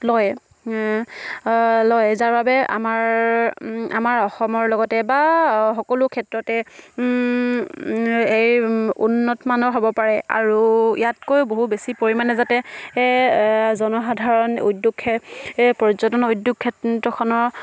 লয় যাৰ বাবে আমাৰ আমাৰ অসমৰ লগতে বা সকলো ক্ষেত্ৰতে এই উন্নতমানৰ হ'ব পাৰে আৰু ইয়াতকৈও বহু বেছি পৰিমাণে যাতে জনসাধাৰণ উদ্যোগে পৰ্যটন উদ্যোগ ক্ষেত্ৰখনৰ